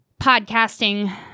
podcasting